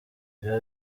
biba